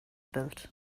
built